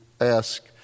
ask